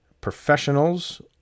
professionals